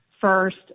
First